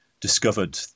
discovered